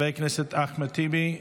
חבר הכנסת אחמד טיבי,